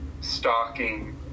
stalking